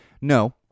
no